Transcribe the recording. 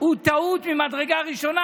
הוא טעות ממדרגה ראשונה,